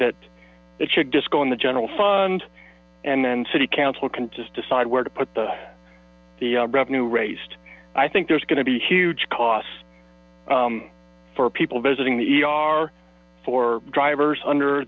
that it should just go in the general fund and then city council can decide where to put the the revenue raised i think there's going to be huge costs for people visiting the e r for drivers under